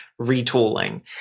retooling